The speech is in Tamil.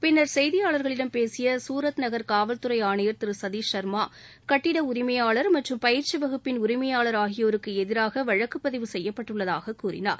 பின்னர் செய்திளார்களிடம் பேசிய சூரத் நகர் காவல் துறை ஆணையர் திரு சதீஷ் சர்மா கட்டிட உரிமையாளர் மற்றும் பயிற்சி வகுப்பின் உரிமையாளர் ஆகியோருக்கு எதிராக வழக்கு பதிவு செய்யப்பட்டுள்ளதாக கூறினார்